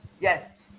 Yes